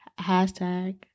Hashtag